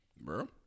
Bro